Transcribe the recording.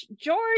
george